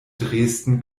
dresden